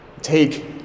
take